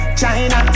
China